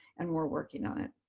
and we're working on it.